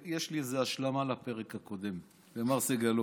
יש לי איזו השלמה לפרק הקודם ולמר סגלוביץ'.